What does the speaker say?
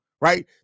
right